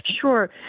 Sure